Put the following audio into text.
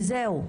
וזהו,